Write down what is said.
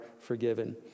forgiven